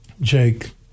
Jake